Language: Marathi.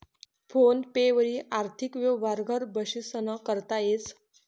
फोन पे वरी आर्थिक यवहार घर बशीसन करता येस